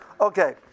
Okay